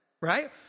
right